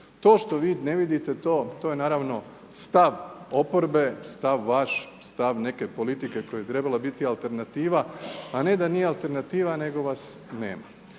To što vi ne vidite, to je naravno, stav oporbe, stav vaš, stav neke politike koja je trebala biti alternativa a ne da nije alternativa nego vas nema.